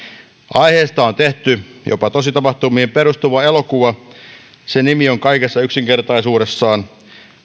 aiheesta on tehty jopa tositapahtumiin perustuva elokuva sen nimi on kaikessa yksinkertaisuudessaan